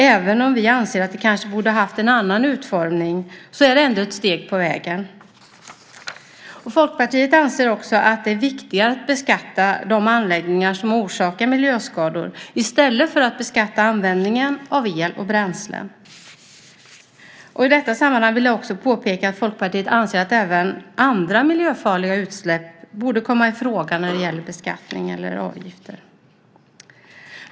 Även om vi anser att det kanske borde ha haft en annan utformning är det ändå ett steg på vägen. Folkpartiet anser också att det är viktigare att beskatta de anläggningar som orsakar miljöskador i stället för att beskatta användningen av el och bränslen. I detta sammanhang vill jag också påpeka att Folkpartiet anser att även andra miljöfarliga utsläpp borde komma i fråga när det gäller beskattning eller avgifter.